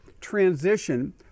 transition